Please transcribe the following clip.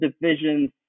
divisions